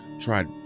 tried